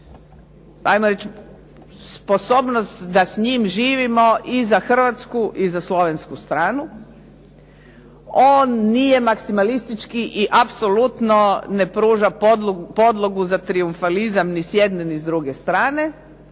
'ajmo reći, sposobnost da s njim živimo i za hrvatsku i za slovensku stranu. On nije maksimalistički i apsolutno ne pruža podlogu za trijumfalizam ni s jedne ni s druge strane,